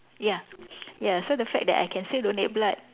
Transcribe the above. ya ya so the fact that I can still donate blood